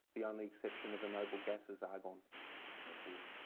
the only exception of the noble gas is argon and so forth.